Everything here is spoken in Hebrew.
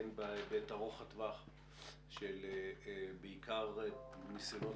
הן בהיבט ארוך הטווח של בעיקר ניסיונות